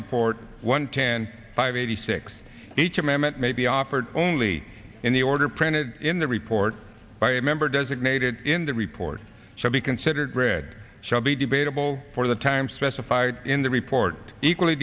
report one can five eighty six h m m it may be offered only in the order printed in the report by a member designated in the report shall be considered read shall be debatable for the time specified in the report equally